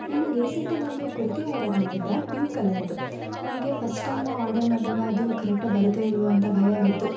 ನಾನು ರೀಸೆಂಟಾಗಿ ಒಂದು ಕುರ್ತಿ ಆರ್ಡರ್ ಮಾಡಿದ್ದೆ ಪಿಂಕ್ ಕಲರ್ದು ನನಗೆ ಫಸ್ಟ್ ಟೈಮು ಆರ್ಡರ್ ಮಾಡ್ದಾಗ ಅದು ಕರೆಕ್ಟಾಗಿ ಬರುತ್ತೋ ಇಲ್ವೋ ಅಂತ ಭಯ ಆಗಿತ್ತು